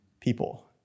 people